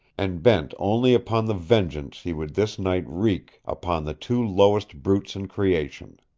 and bent only upon the vengeance he would this night wreak upon the two lowest brutes in creation.